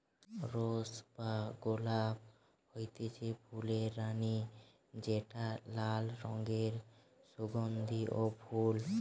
rose বা গোলাপ হতিছে ফুলের রানী যেটা লাল রঙের সুগন্ধিও ফুল